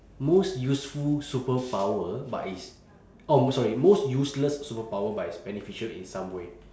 most useful superpower but it's orh sorry most useless superpower but it's beneficial in some way